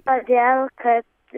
todėl kad